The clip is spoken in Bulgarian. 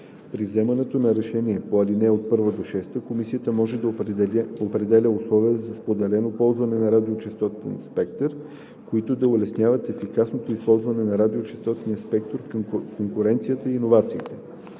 При вземането на решенията по ал. 1 – 6 Комисията може да определя условия за споделено ползване на радиочестотен спектър, които да улесняват ефикасното използване на радиочестотния спектър, конкуренцията и иновациите.